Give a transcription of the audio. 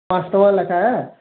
ପାଞ୍ଚ୍ ଟଙ୍କା ଲେଖାଁ ଆଏ